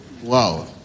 wow